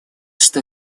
что